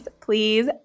Please